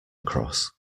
across